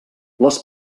les